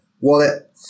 wallet